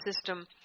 system